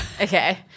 Okay